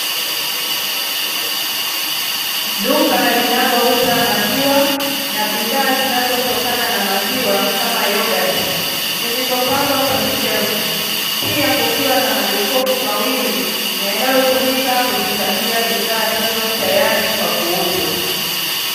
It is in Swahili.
Duka linalouza maziwa na bidhaa zinazotokana na maziwa kama yogati, zilizopangwa kwenye shelfu. Pia, kukiwa na majokofu mawili yanayotumika kuhifadhia bidhaa hizo tayari kwa kuuzwa.